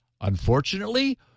Unfortunately